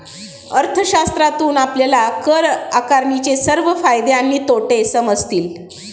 अर्थशास्त्रातून आपल्याला कर आकारणीचे सर्व फायदे आणि तोटे समजतील